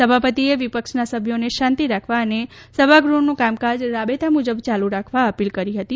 સભાપતિએ વિપક્ષના સભ્યોને શાંતિ રાખવા અને સભાગૃહનું કામકાજ રાબેતા મુજબ ચાલુ રાખવા અપીલ કરી હતી